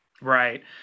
Right